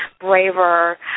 braver